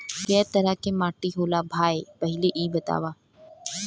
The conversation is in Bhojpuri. कै तरह के माटी होला भाय पहिले इ बतावा?